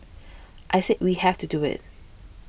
I said we have to do it